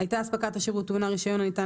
(2)הייתה אספקת השירות טעונה רישיון הניתן